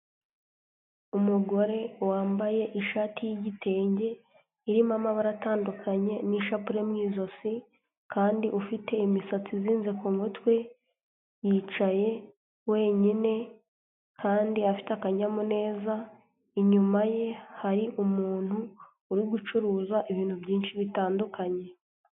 Umugore wambaye ishati y'igitenge irimo amabara atandukanye n'ishapure mu ijosi kandi ufite imisatsi izinze ku mutwe, yicaye wenyine kandi afite akanyamuneza, inyuma ye hari umuntu uri gucuruza ibintu byinshi bitandukanye.